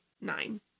nine